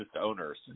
owners